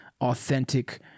authentic